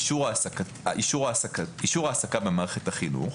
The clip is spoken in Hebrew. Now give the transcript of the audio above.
אישור העסקה במערכת החינוך.